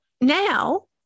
Now